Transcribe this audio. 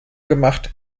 gemacht